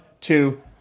two